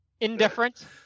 Indifferent